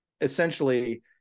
Essentially